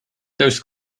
those